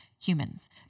humans